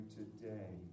today